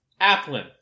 Applin